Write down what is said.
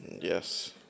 Yes